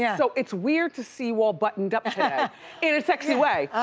yeah so it's weird to see you all buttoned up today, in a sexy way,